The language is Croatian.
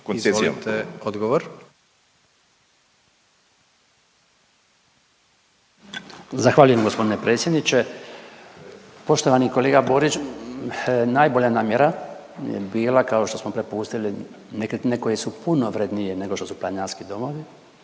Branko (HDZ)** Zahvaljujem gospodine predsjedniče. Poštovani kolega Borić najbolja namjera je bila kao što smo prepustili nekretnine koje su puno vrednije nego što su planinarski domovi,